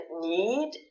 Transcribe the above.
need